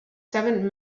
seven